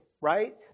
Right